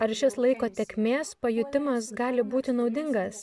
ar šis laiko tėkmės pajutimas gali būti naudingas